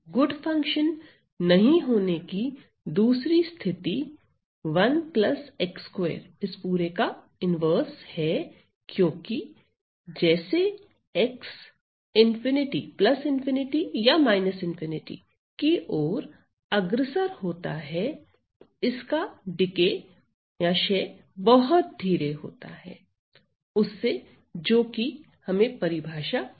good function नहीं होने की दूसरी स्थिति 1 x2−1 है क्योंकि जैसे x ∞ की ओर अग्रसर होता है इसका क्षय बहुत धीरे होता है उससे जो कि हमें परिभाषा बताती है